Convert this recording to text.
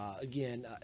again